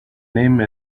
name